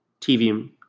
TV